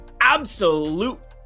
Absolute